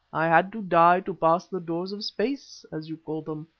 i had to die to pass the doors of space, as you call them.